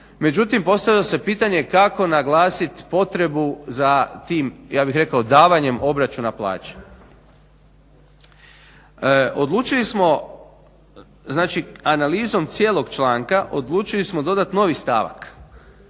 međutim postavlja se pitanje kako naglasiti potrebu za tim ja bih rekao davanjem obračuna plaća. Odlučili smo znači analizom cijelog članka odlučili smo dodati novi stavak